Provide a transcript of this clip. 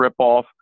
ripoff